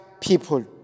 people